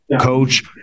Coach